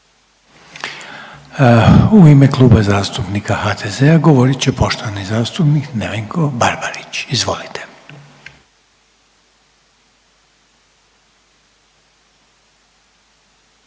u ime Kluba zastupnika HDZ-a govoriti poštovani zastupnik Nikola Mažar. Izvolite.